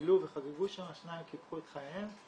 שבילו וחגגו שם, שניים קיפחו את חייהם.